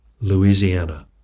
Louisiana